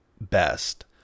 best